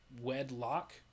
wedlock